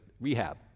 rehab